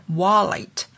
wallet